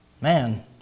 Man